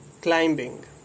Climbing